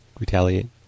retaliate